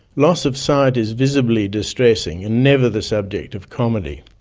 loss of sight is visibly distressing and never the subject of comedy.